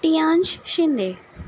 Piyansh Shinde